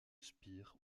spire